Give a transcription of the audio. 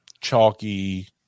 chalky